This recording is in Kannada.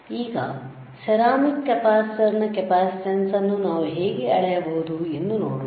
ಈಗ ಸೆರಾಮಿಕ್ ಕೆಪಾಸಿಟರ್ನ ಕೆಪಾಸಿಟನ್ಸ್ ಅನ್ನು ನಾವು ಹೇಗೆ ಅಳೆಯಬಹುದು ಎಂದು ನೋಡೋಣ